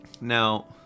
Now